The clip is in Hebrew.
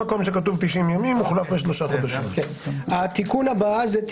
התיקון השני הוא תיקון שהוא בעצם קבלה של